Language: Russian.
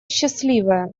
счастливая